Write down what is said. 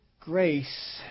grace